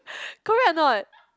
correct or not